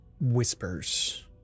whispers